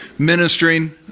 ministering